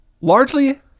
largely